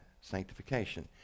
sanctification